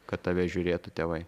kad tave žiūrėtų tėvai